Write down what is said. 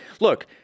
look